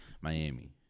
Miami